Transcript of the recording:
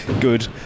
good